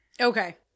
okay